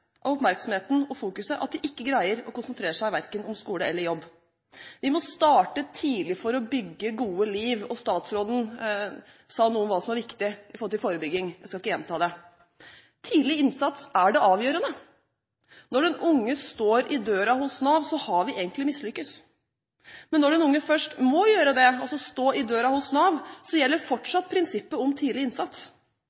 oppmerksomheten og fokuset at de ikke greier å konsentrere seg om verken skole eller jobb. Vi må starte tidlig for å bygge gode liv. Statsråden sa noe om hva som er viktig når det gjelder forebygging, så jeg skal ikke gjenta det. Tidlig innsats er det avgjørende. Når den unge står i døra hos Nav, har vi egentlig mislyktes. Men når den unge først må gjøre det – altså stå i døra hos Nav – gjelder